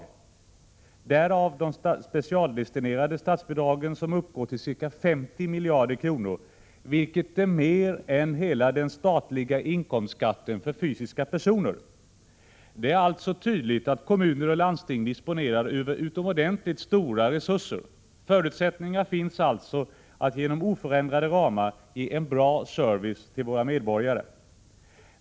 Av dessa uppgår de specialdestinerade statsbidragen till ca 50 miljarder kronor, vilket är mer än den statliga inkomstskatten för fysiska personer. Det är tydligt att kommuner och landsting disponerar över utomordentligt stora resurser. Förutsättningar finns alltså att med oförändrade ramar ge en bra service till medborgarna.